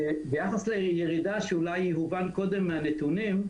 ביחס לירידה שאולי הובן קודם מהנתונים,